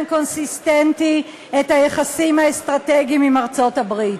קונסיסטנטי את היחסים האסטרטגיים עם ארצות-הברית.